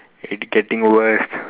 it's getting worse